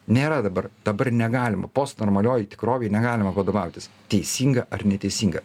nėra dabar dabar negalima postnormalioj tikrovėj negalima vadovautis teisinga ar neteisinga